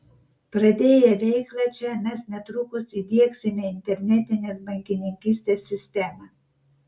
pradėję veiklą čia mes netrukus įdiegsime internetinės bankininkystės sistemą